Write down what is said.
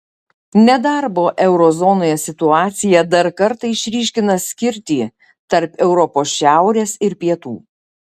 nedarbo euro zonoje situacija dar kartą išryškina skirtį tarp europos šiaurės ir pietų